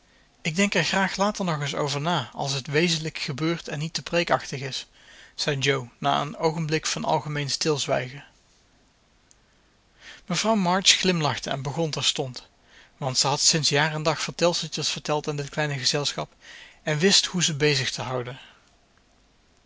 ik denk er graag later nog eens over na als het wezenlijk gebeurd en niet te preekachtig is zei jo na een oogenblik van algemeen stilzwijgen mevrouw march glimlachte en begon terstond want ze had sinds jaar en dag vertelseltjes verteld aan dit kleine gezelschap en wist hoe ze bezig te houden